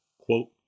Quote